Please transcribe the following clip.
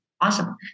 Awesome